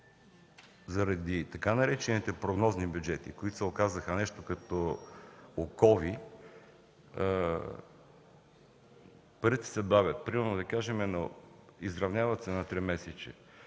заради така наречените „прогнозни бюджети”, които се оказаха нещо като окови, парите се бавят – примерно, да кажем, изравняват се на тримесечие.